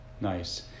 Nice